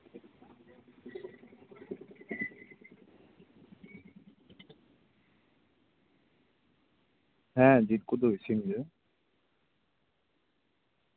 ᱦᱮᱸ ᱡᱤᱞ ᱠᱚᱫᱚ ᱤᱥᱤᱱ ᱦᱩᱭᱩᱜᱼᱟ